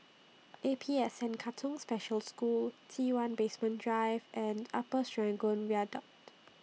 A P S N Katong Special School T one Basement Drive and Upper Serangoon Viaduct